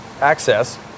access